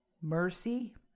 Mercy